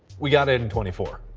we got it in twenty four.